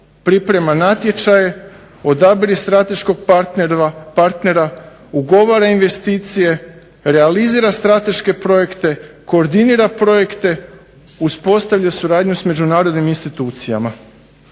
priprema natječaje, odabire strateškog partnera, ugovara investicije, realizira strateške projekte, koordinira projekte, uspostavlja suradnju sa međunarodnim institucijama.